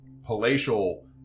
palatial